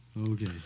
Okay